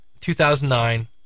2009